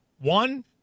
One